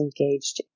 engaged